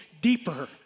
deeper